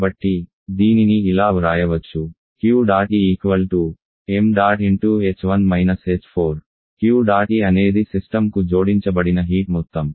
కాబట్టి దీనిని ఇలా వ్రాయవచ్చు Q̇̇E ṁ Q డాట్ E అనేది సిస్టమ్కు జోడించబడిన హీట్ మొత్తం